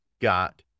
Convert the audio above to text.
got